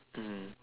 mmhmm